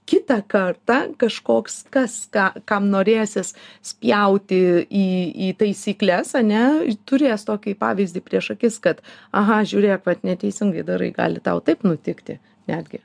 kitą kartą kažkoks kas ką kam norėsis spjauti į į taisykles ar ne turės tokį pavyzdį prieš akis kad aha žiūrėk vat neteisingai darai gali tau taip nutikti netgi